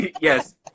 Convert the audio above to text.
Yes